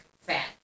fat